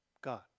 God